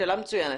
שאלה מצוינת.